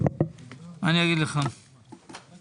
פנייה